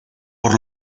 por